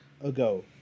ago